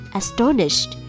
astonished